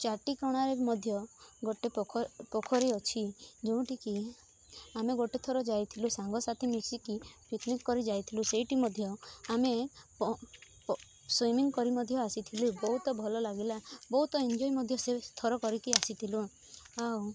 ଚାଟିକଣାରେ ମଧ୍ୟ ଗୋଟେ ପୋଖ ପୋଖରୀ ଅଛି ଯେଉଁଠିକି ଆମେ ଗୋଟେ ଥର ଯାଇଥିଲୁ ସାଙ୍ଗସାଥି ମିଶିକି ପିକନିକ କରି ଯାଇଥିଲୁ ସେଇଠି ମଧ୍ୟ ଆମେ ସୁଇମିଂ କରି ଆସିଥିଲୁ ବହୁତ ଭଲ ଲାଗିଲା ବହୁତ ଏଞ୍ଜୟ ମଧ୍ୟ ସେ ଥରକ କରିକି ଆସିଥିଲୁ ଆଉ